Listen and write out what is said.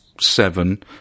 seven